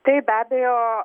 taip be abejo